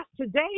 today